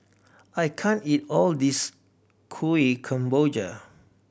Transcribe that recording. I can't eat all this Kuih Kemboja